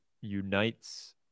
unites